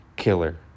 killer